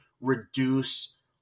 reduce